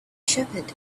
shepherd